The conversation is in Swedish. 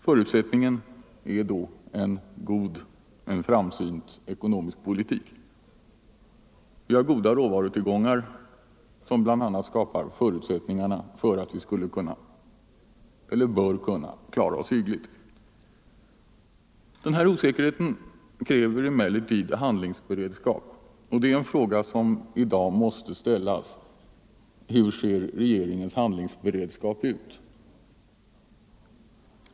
Förutsättningen är då en god och framsynt ekonomisk politik. Vi har goda råvarutillgångar som bl.a. skapar förutsättningarna för att vi bör kunna klara oss hyggligt. Osäkerheten kräver emellertid handlingsberedskap. En fråga som i dag måste ställas är denna: Vilken är regeringens handlingsberedskap?